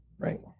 Right